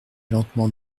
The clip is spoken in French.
lentement